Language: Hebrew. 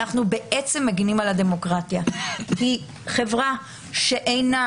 אנו בעצם מגנים על הדמוקרטיה כי חברה שאינה